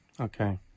Okay